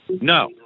No